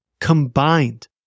combined